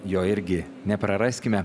jo irgi nepraraskime